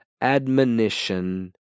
Admonition